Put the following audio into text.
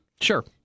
Sure